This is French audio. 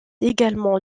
également